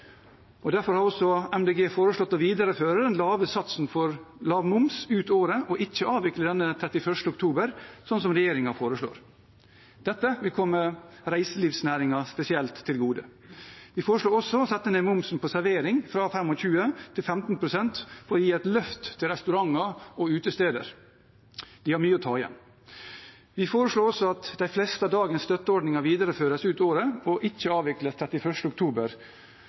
og derfor har Miljøpartiet De Grønne foreslått å videreføre den lave satsen for moms ut året og ikke avvikle den 31. oktober, slik regjeringen foreslår. Dette vil komme reiselivsnæringen spesielt til gode. Vi foreslår også å sette ned momsen på servering fra 25 til 15 pst. og gi et løft til restauranter og utesteder. Det er mye å ta igjen. Vi foreslår også at de fleste av dagens støtteordninger videreføres ut året og ikke avvikles 31. oktober,